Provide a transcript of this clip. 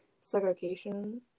segregation